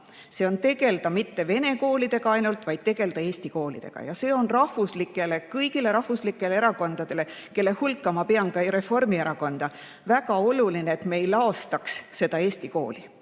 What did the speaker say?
See on tegelda mitte vene koolidega ainult, vaid tegeleda ka eesti koolidega. Ja see on kõigile rahvuslikele erakondadele, kelle hulka ma arvan ka Reformierakonna, väga oluline, et me ei laastaks eesti kooli.